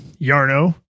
yarno